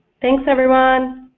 thanks everyone.